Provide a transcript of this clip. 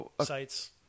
sites